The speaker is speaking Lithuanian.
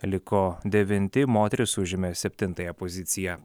liko devinti moterys užėmė septintąją poziciją